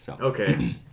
Okay